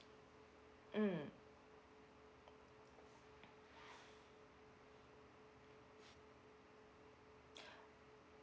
mm